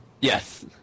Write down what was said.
Yes